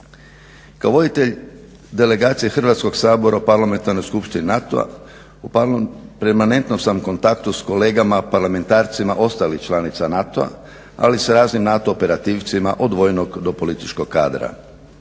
Kao voditelj delegacije Hrvatskog sabora u Parlamentarnoj skupštini NATO-a u permanentnom sam kontaktu s kolegama parlamentarcima ostalih članica NATO-a ali sa raznim NATO operativcima odvojenog do političkog kadra.